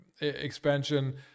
expansion